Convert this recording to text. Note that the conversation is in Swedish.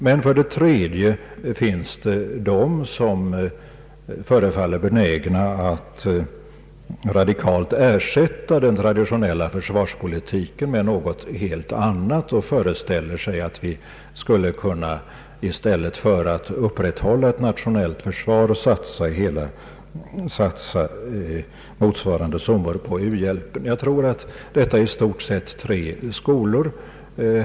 Men för det tredje finns det de som förefaller benägna att radikalt ersätta den traditionella försvarspolitiken med något helt annat och föreställer sig att vi i stället för att upprätthålla ett nationellt försvar skulle kunna satsa motsvarande summor på u-hjälpen. Jag tror att detta är i stort sett tre skolor.